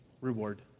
reward